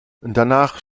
danach